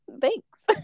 Thanks